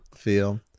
feel